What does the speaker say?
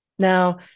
Now